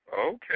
Okay